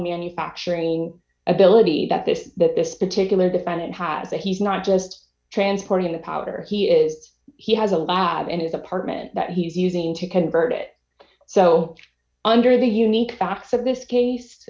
manufacturing ability that this that this particular defendant has that he's not just transporting the powder he is he has a lab in his apartment that he's using to convert it so under the unique facts of this case